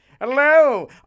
hello